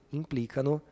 implicano